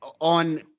on